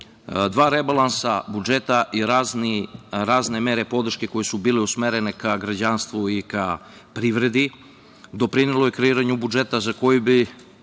dva rebalansa budžeta i razne mere podrške koje su bile usmerene ka građanstvu i ka privredi, doprinelo je kreiranju budžeta za koji bi